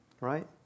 Right